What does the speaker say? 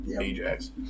Ajax